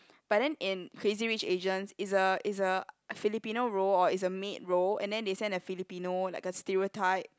but then in Crazy-Rich-Asians it's a it's a Filipino role or it's a maid role and then they send a Filipino like a stereotype